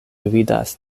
gvidas